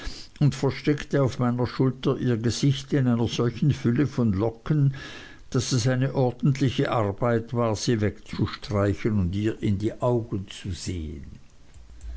und versteckte auf meiner schulter ihr gesicht in einer solchen fülle von locken daß es eine ordentliche arbeit war sie wegzustreichen und ihr in die augen zu sehen